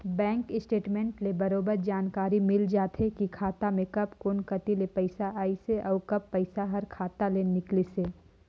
bank statement ले बरोबर जानकारी मिल जाथे की खाता मे कब कोन कति ले पइसा आइसे अउ कब पइसा हर खाता ले निकलिसे